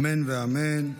אמן ואמן.